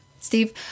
Steve